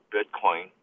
Bitcoin